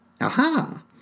Aha